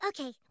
Okay